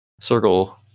Circle